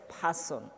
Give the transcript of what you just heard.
person